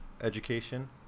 education